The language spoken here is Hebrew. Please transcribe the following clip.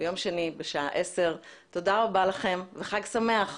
ביום שני בשעה 10:00. תודה רבה לכם וחג שמח.